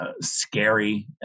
scary